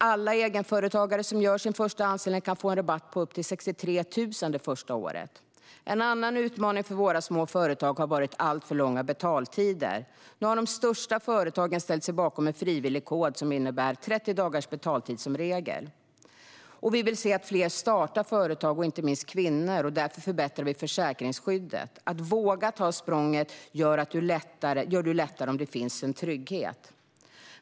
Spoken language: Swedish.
Alla egenföretagare som gör sin första anställning kan få en rabatt på upp till 63 000 det första året. En annan utmaning för våra småföretag har varit alltför långa betaltider. Nu har de största företagen ställt sig bakom en frivillig kod som innebär 30 dagars betaltid som regel. Vi vill att fler startar företag, inte minst kvinnor. Därför förbättrar vi försäkringsskyddet. Att våga ta språnget gör du lättare om det finns en trygghet.